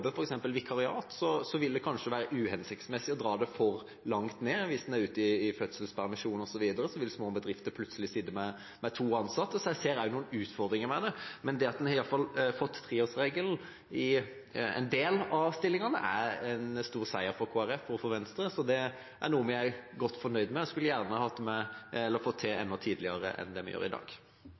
jobber, f.eks. vikariat, vil det kanskje være uhensiktsmessig å dra dette for langt ned. Hvis en er ute i fødselspermisjon osv., vil små bedrifter plutselig sitte med to ansatte. Så jeg ser også noen utfordringer med det. Men det at en iallfall har fått treårsregelen for en del av stillingene, er en stor seier for Kristelig Folkeparti og for Venstre. Det er noe vi er godt fornøyd med. Vi skulle gjerne ha fått til en enda tidligere regel enn det vi gjør i dag.